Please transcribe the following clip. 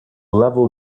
level